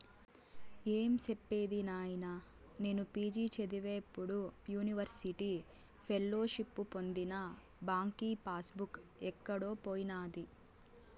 ఏం సెప్పేది నాయినా, నేను పి.జి చదివేప్పుడు యూనివర్సిటీ ఫెలోషిప్పు పొందిన బాంకీ పాస్ బుక్ ఎక్కడో పోయినాది